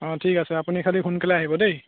অঁ ঠিক আছে আপুনি খালি সোনকালে আহিব দেই